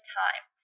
time